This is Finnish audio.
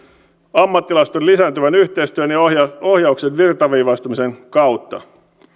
ammattilaisten lisääntyvän yhteistyön ja ohjauksen virtaviivaistumisen kautta